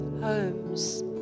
homes